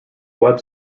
web